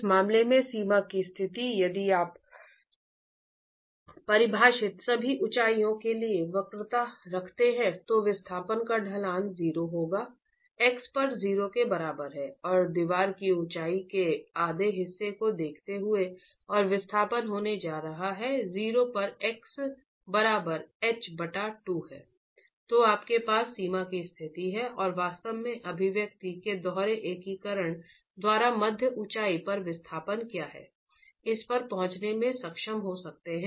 इस मामले में सीमा की स्थिति यदि आप परिभाषित सभी ऊंचाइयों के लिए वक्रता रखते हैं तो विस्थापन का ढलान 0 होगा x पर 0 के बराबर है और दीवार की ऊंचाई के आधे हिस्से को देखते हुए और विस्थापन होने जा रहा है 0 पर x बराबर h बटा 2 है तो आपके पास सीमा की स्थिति है और वास्तव में अभिव्यक्ति के दोहरे एकीकरण द्वारा मध्य ऊंचाई पर विस्थापन क्या है इस पर पहुंचने में सक्षम हो सकते हैं